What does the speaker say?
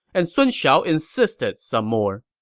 and sun shao insisted some more.